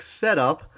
setup